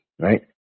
right